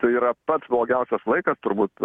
tai yra pats blogiausias laikas turbūt